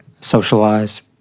socialize